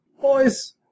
Boys